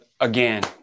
again